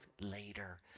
later